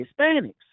hispanics